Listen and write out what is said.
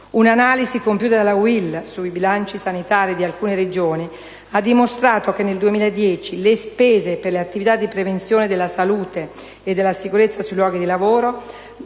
Un'analisi compiuta dalla UIL sui bilanci sanitari di alcune Regioni ha dimostrato che, nel 2010, le spese per le attività di prevenzione della salute e della sicurezza sui luoghi di lavoro